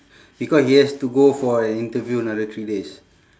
because he has to go for an interview another three days